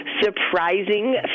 surprising